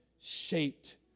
shaped